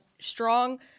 strong